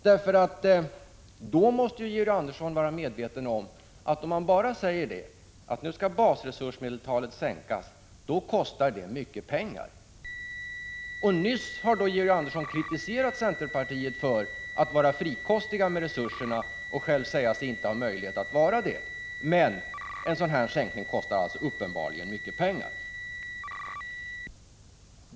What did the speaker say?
Georg Andersson måste ju vara medveten om, att om man bara säger att basresursmedeltalet skall sänkas, kostar det mycket pengar. Nyss har Georg Andersson kritiserat centerpartiet för att vara frikostigt med resurserna och sagt sig själv inte ha möjlighet att vara det. Men en sådan här sänkning kostar uppenbarligen mycket pengar!